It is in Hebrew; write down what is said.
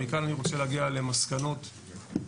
מכאן אני רוצה להגיע למסקנות ולקחים.